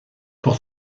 pour